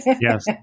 yes